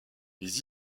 les